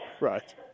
right